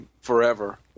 forever